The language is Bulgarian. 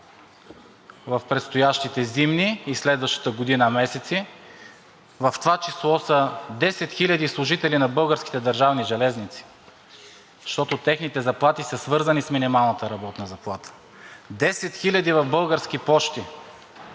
в предстоящите зимни и следващата година месеци, в това число са 10 хиляди служители на Българските държавни железници, защото техните заплати са свързани с минималната работна заплата, 10 хиляди в „Български пощи“